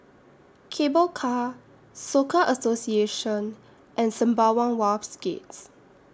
Cable Car Soka Association and Sembawang Wharves Gate